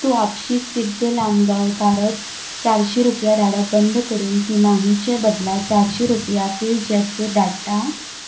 तूं आपशींच पिर्ते लामगांवकाराक चारशीं रुपया धाडप बंद करून तिमाहीचे बदला चारशीं रुपया पेजॅपचेर धाडटा